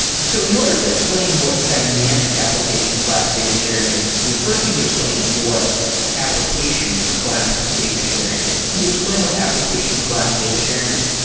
so in order to explain what dynamic application class data sharing is, we fi rst need to explain what application class data sharing is. can you explain what application class data sharing is?